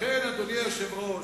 לכן, אדוני היושב-ראש,